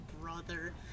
brother